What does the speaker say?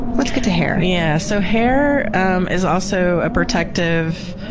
let's get to hair. yeah so hair um is also a protective,